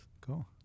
Cool